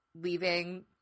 leaving